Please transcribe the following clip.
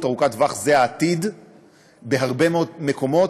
ארוכת טווח זה העתיד בהרבה מאוד מקומות,